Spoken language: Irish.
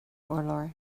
urlár